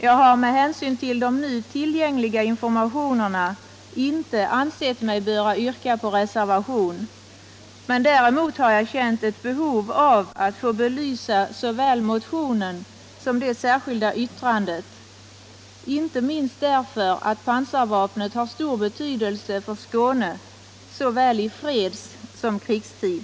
Jag har med hänsyn till de nu tillgängliga informationerna inte ansett mig böra skriva en reservation, men däremot har jag känt ett behov av att få belysa såväl motionen som det särskilda yttrandet, inte minst därför att pansarvapnet har stor betydelse för Skåne såväl i fredstid som i krigstid.